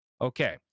okay